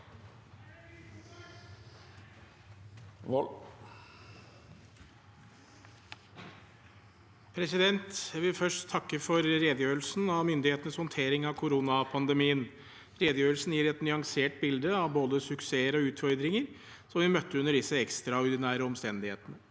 Jeg vil først takke for redegjørelsen om myndighetenes håndtering av koronapandemien. Redegjørelsen gir et nyansert bilde av både suksesser og utfordringer vi møtte under disse ekstraordinære omstendighetene.